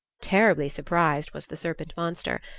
terribly surprised was the serpent monster.